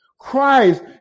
Christ